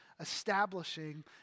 establishing